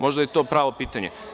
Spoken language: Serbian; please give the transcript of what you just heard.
Možda je to pravo pitanje.